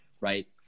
right